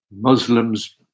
Muslims